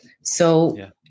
So-